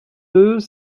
deux